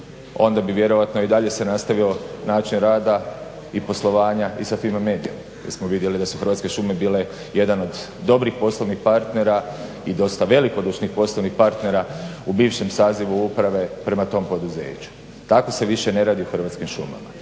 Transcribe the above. onda bi vjerojatno i dalje se nastavilo način rada i poslovanja i sa Fimi mediom jer smo vidjeli da su Hrvatske šume bile jedan od dobrih poslovnih partnera i dosta velikodušnih poslovnih partnera u bivšem sazivu uprave prema tom poduzeću. Tako se više ne radi u Hrvatskim šumama.